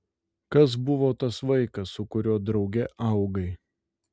kas buvo tas vaikas su kuriuo drauge augai